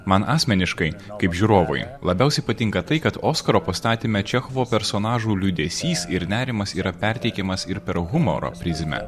man asmeniškai kaip žiūrovui labiausiai patinka tai kad oskaro pastatyme čechovo personažų liūdesys ir nerimas yra perteikiamas ir per humoro prizmę